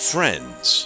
Friends